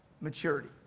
maturity